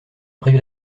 brive